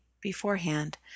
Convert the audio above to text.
beforehand